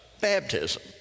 baptism